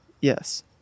Yes